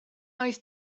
oedd